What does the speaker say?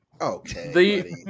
Okay